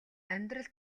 амьдрал